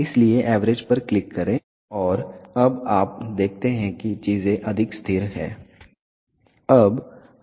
इसलिए एवरेज पर क्लिक करें और अब आप देखते हैं कि चीजें अधिक स्थिर हैं